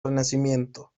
renacimiento